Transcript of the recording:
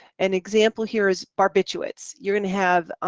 an example here is barbiturates. you're going to have